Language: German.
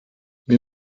wir